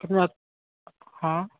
हां